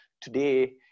today